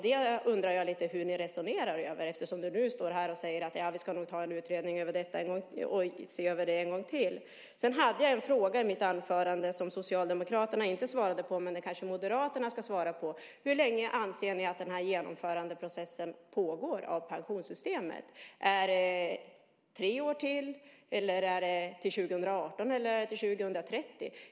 Jag undrar lite hur ni resonerar där, eftersom du nu står här och säger att vi nog ska ha en utredning om detta och se över det en gång till. Sedan ställde jag en fråga i mitt anförande som Socialdemokraterna inte svarade på, men Moderaterna kan kanske svara på den. Hur länge anser ni att den här processen med genomförandet av pensionssystemet pågår? Är det tre år till? Är det till 2018 eller till 2030?